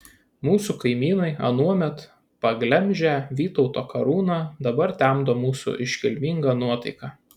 mūsų kaimynai anuomet paglemžę vytauto karūną dabar temdo mūsų iškilmingą nuotaiką